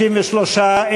93,